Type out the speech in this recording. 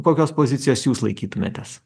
kokios pozicijos jūs laikytumėtės